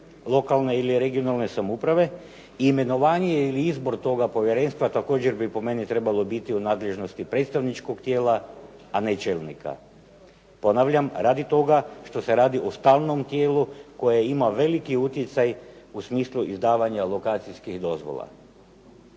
lokalne ili regionalne samouprave, imenovanje ili izbor toga povjerenstva također bi po meni trebalo biti u nadležnosti predstavničkog tijela, a ne čelnika. Ponavljam, radi toga što se radi o stalnom tijelu koje ima veliki utjecaj u smislu izdavanja lokacijskih dozvola.